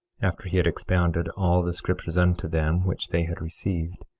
after he had expounded all the scriptures unto them which they had received,